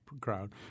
crowd